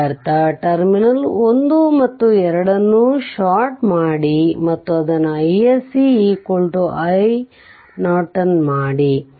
ಇದರರ್ಥ ಟರ್ಮಿನಲ್ 1 2 ನ್ನು ಶಾರ್ಟ್ ಮಾಡಿ ಮತ್ತು ಅದನ್ನು iSC r iNortonಮಾಡಿ